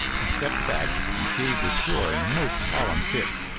he stepped back and gave the door a most solemn kick.